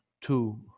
two